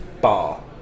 bar